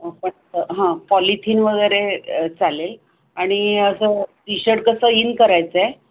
but हां polythene वगैरे चालेल आणि असं टीशर्ट कसं इन करायचं आहे